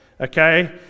okay